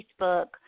Facebook